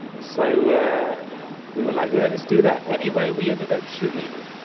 so we were like, yeah, let's do that. anyway, we ended up shooting